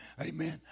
amen